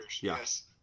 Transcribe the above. Yes